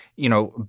you know,